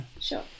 Sure